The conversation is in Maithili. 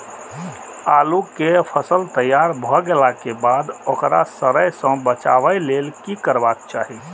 आलू केय फसल तैयार भ गेला के बाद ओकरा सड़य सं बचावय लेल की करबाक चाहि?